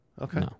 Okay